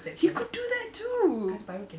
he could do that too